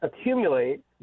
accumulate